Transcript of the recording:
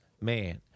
man